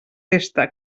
festa